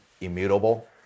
immutable